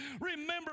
remember